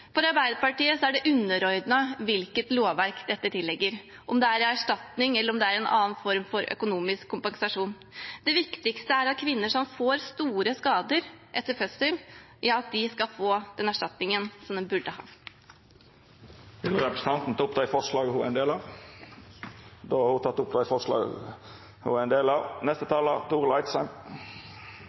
For Arbeiderpartiet er det underordnet hvilket lovverk dette tilligger, om det er erstatning, eller om det er en annen form for økonomisk kompensasjon. Det viktigste er at kvinner som får store skader etter fødsel, får den erstatningen de burde ha. Ønskjer representanten å ta opp forslag der Arbeidarpartiet er med? Ja. Då har representanten Elise Bjørnebekk-Waagen teke opp det forslaget ho refererte til. Kvinnehelse er